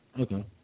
Okay